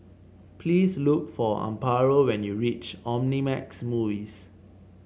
please look for Amparo when you reach Omnimax Movies